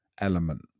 element